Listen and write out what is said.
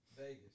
Vegas